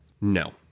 No